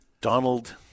donald